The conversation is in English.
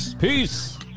Peace